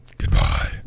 Goodbye